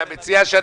אתה מציע שאנחנו,